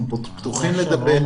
אנחנו פתוחים לדבר.